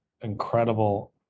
incredible